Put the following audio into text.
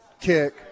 kick